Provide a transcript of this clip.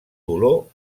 dolor